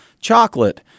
chocolate